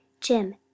jim